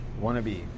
wannabe